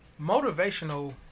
motivational –